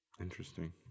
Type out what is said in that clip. Interesting